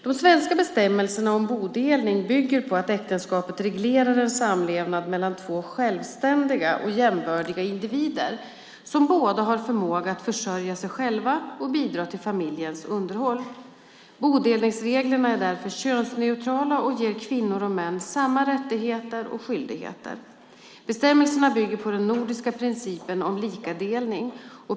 De svenska bestämmelserna om bodelning bygger på att äktenskapet reglerar en samlevnad mellan två självständiga och jämbördiga individer som båda har förmåga att försörja sig själva och bidra till familjens underhåll. Bodelningsreglerna är därför könsneutrala och ger kvinnor och män samma rättigheter och skyldigheter. Bestämmelserna bygger på den nordiska principen om likadelning.